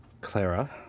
Clara